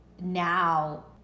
now